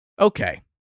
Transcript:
Okay